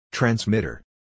Transmitter